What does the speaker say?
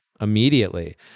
immediately